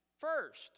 first